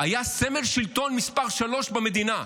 היה סמל שלטון מס' 3 במדינה.